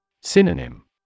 Synonym